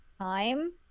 time